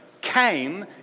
came